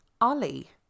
Ollie